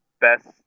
best